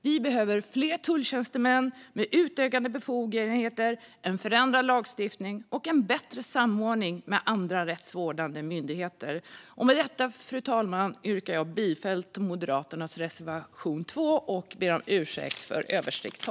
Vi behöver fler tulltjänstemän med utökade befogenheter, en förändrad lagstiftning och en bättre samordning med andra rättsvårdande myndigheter. Jag yrkar härmed bifall till Moderaternas reservation 2.